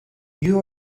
you